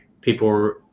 people